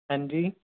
ਹਾਂਜੀ